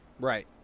Right